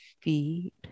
feet